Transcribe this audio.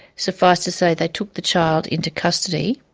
suffice to say they took the child into custody.